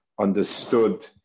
understood